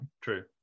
True